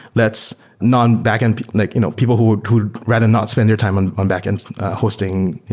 let's non-backend like you know people who who rather not spend your time on on backend hosting,